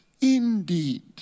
indeed